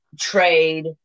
trade